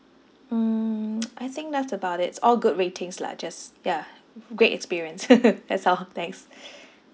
mm I think that's about it it's all good ratings lah just ya great experience that's all thanks